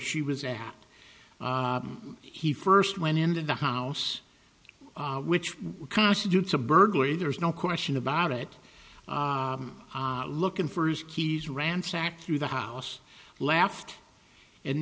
she was at he first went into the house which constitutes a burglary there's no question about it looking for his keys ransacked through the house left and